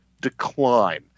decline